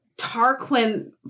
Tarquin